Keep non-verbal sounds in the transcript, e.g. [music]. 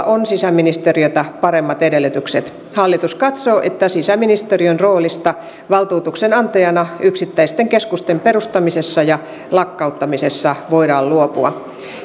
[unintelligible] on sisäministeriötä paremmat edellytykset hallitus katsoo että sisäministeriön roolista valtuutuksen antajana yksittäisten keskusten perustamisessa ja lakkauttamisessa voidaan luopua